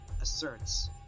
asserts